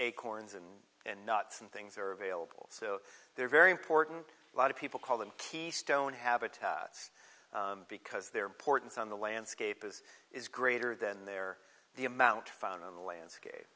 acorns and and nuts and things are available so they're very important lot of people call them keystone habitats because their importance on the landscape is is greater than their the amount found in the landscape